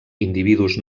individus